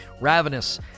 Ravenous